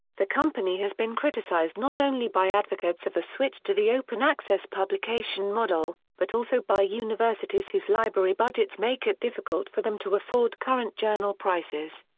the company has been criticised not only by advocates of a switch to the open-access publication model, but also by universities whose library budgets make it difficult for them to afford current journal prices.